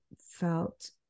felt